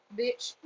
bitch